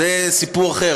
זה סיפור אחר,